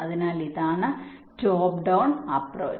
അതിനാൽ ഇതാണ് top down approach